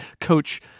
Coach